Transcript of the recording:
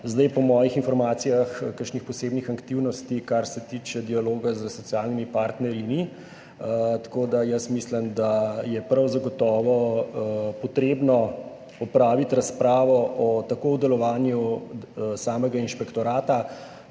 Po mojih informacijah kakšnih posebnih aktivnosti, kar se tiče dialoga s socialnimi partnerji, ni. Tako da jaz mislim, da je prav gotovo potrebno opraviti razpravo tako o delovanju samega inšpektorata